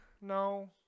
No